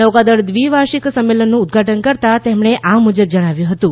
નૌકાદળ દ્વિવાર્ષિક સંમેલનનું ઉદઘાટન કરતા તેમણે આ મુજબ જણાવ્યું હતું